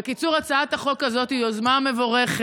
בקיצור, הצעת החוק הזאת היא יוזמה מבורכת